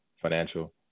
financial